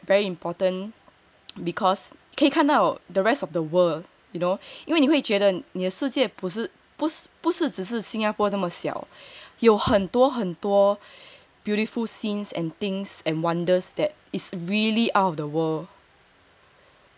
for me traveling is very very important because 可以看到 the rest of the world you know 因为你会觉得你的世界不是不是不是只是新加坡那么小有很多很多 beautiful scenes and things and wonders that is really out of the world